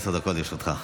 עשר דקות לרשותך.